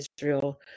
Israel